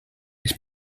ich